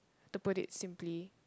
to put it simply